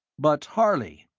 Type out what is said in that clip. but, harley,